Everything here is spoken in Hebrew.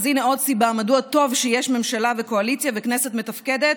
אז הינה עוד סיבה מדוע טוב שיש ממשלה וקואליציה וכנסת מתפקדת,